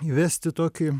įvesti tokį